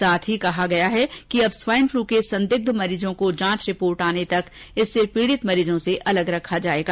साथ ही कहा गया है कि अब स्वाइनफलू के संदिग्ध मरीजों को जांच रिपोर्ट आने तक इससे पीड़ित मरीजों से अलग रखा जाएगा